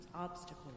obstacles